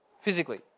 physically